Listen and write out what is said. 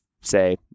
say